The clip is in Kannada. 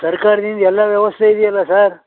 ಸರ್ಕಾರದಿಂದ ಎಲ್ಲ ವ್ಯವಸ್ಥೆ ಇದೆಯಲ್ಲ ಸರ್